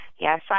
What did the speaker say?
Yes